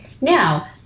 Now